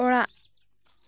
ᱚᱲᱟᱜ